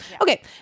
okay